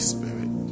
Spirit